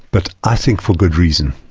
but i think for good reason.